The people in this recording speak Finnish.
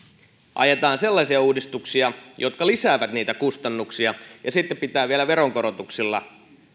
ajetaan sellaisia uudistuksia jotka lisäävät kustannuksia ja sitten pitää vielä veronkorotuksilla